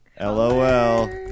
Lol